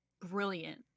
brilliant